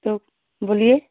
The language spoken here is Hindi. तो बोलिए